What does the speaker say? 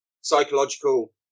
psychological